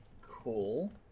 Cool